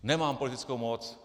Nemám politickou moc.